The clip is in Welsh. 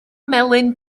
melyn